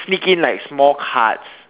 sneak in like small cards